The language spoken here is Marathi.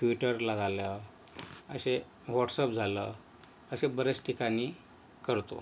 ट्विटरला झालं असे व्हाट्सअप झालं असे बरेच ठिकाणी करतो